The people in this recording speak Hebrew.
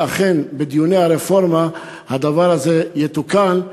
אכן בדיוני הרפורמה הדבר הזה יתוקן,